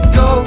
go